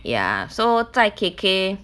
ya so 在 K_K